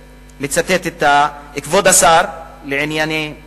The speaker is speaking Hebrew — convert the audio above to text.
ואני מצטט את כבוד השר לענייננו,